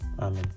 Amen